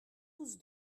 tous